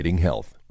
health